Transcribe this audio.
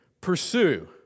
pursue